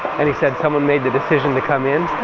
and he said someone made the decision to come in,